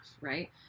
Right